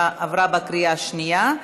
עברה בקריאה השנייה.